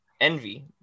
envy